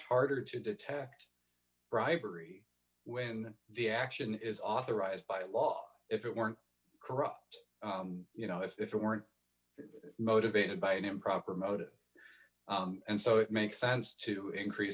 harder to detect bribery when the action is authorized by law if it weren't corrupt you know if it weren't motivated by an improper motive and so it makes sense to increase